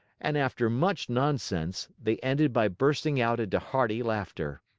and after much nonsense, they ended by bursting out into hearty laughter.